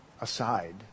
aside